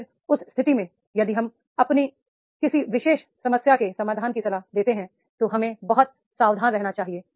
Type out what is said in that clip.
फिर उस स्थिति में यदि हम किसी विशेष समस्या के समाधान की सलाह देते हैं तो हमें बहुत सावधान रहना चाहिए